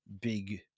big